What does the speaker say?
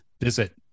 Visit